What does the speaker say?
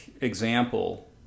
example